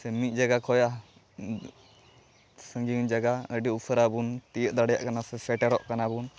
ᱥᱮ ᱢᱤᱫ ᱡᱟᱭᱜᱟ ᱠᱷᱚᱡ ᱥᱟᱺᱜᱤᱧ ᱡᱟᱜᱟ ᱟᱹᱰᱤ ᱩᱥᱟᱹᱨᱟᱵᱚᱱ ᱛᱤᱭᱟᱹᱜ ᱫᱟᱲᱮᱭᱟᱜ ᱠᱟᱱᱟ ᱥᱮ ᱥᱮᱴᱮᱨᱚᱜ ᱠᱟᱱᱟᱵᱚᱱ